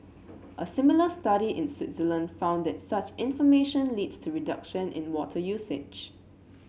a similar study in Switzerland found that such information leads to reduction in water usage